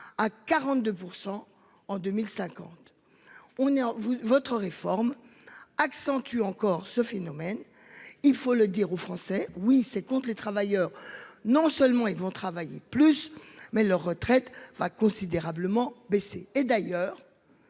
à 42% en 2050. On est vous votre réforme accentue encore ce phénomène, il faut le dire aux Français oui ses comptes les travailleurs non seulement ils vont travailler plus mais leur retraite va considérablement baissé et d'ailleurs.